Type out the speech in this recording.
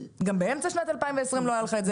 גם באמצע שנת 2020 לא היה לך את זה.